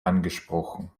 angesprochen